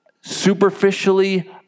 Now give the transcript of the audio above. superficially